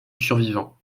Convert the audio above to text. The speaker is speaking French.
survivant